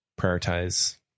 prioritize